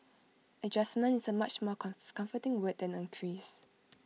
adjustment is A much more come comforting word than increase